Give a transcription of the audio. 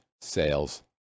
sales